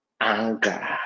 anger